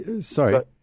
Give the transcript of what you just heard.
Sorry